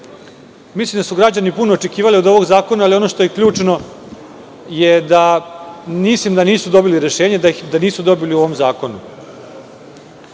njih. Mislim da su građani puno očekivali od ovog zakona, ali ono što je ključno jeste da mislim da nisu dobili rešenje, da ga nisu dobili u ovom zakonu.